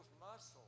muscles